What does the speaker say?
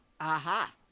Aha